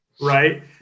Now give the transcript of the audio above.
right